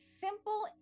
simple